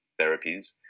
therapies